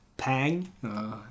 pang